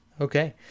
okay